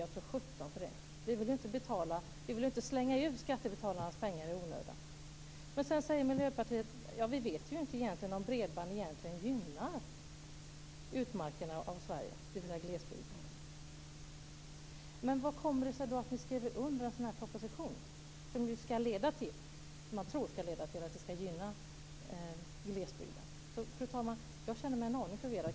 Ja, tro sjutton för det! Vi vill inte slänga ut skattebetalarnas pengar i onödan. Sedan säger Miljöpartiet att man egentligen inte vet om bredband gynnar utmarkerna i Sverige, dvs. glesbygden. Hur kommer det sig då att ni skriver under en sådan här proposition som man ju tror ska leda till att glesbygden gynnas? Fru talman! Jag känner mig en aning förvirrad.